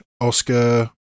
Oscar